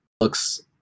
looks